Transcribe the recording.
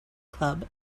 club